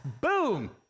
boom